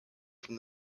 from